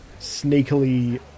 sneakily